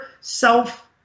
self